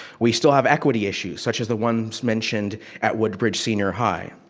we still have equity issues, such as the ones mentioned at woodbridge senior high.